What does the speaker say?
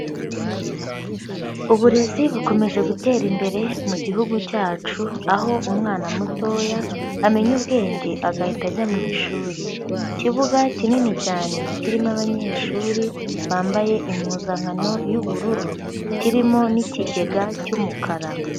Uburezi bukomeje gutera imbere mu gihugu cyacu, aho umwana mutoya amenya ubwenge agahita ajya mu ishuri. Ikibuga kinini cyane kirimo abanyeshuri bambaye impuzankano y'ubururu, kirimo n'ikigega cy'umukara.